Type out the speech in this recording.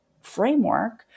framework